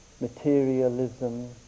materialism